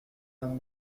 homme